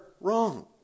wrong